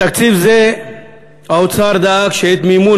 בתקציב זה האוצר דאג שאת מימון